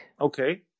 Okay